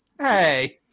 Hey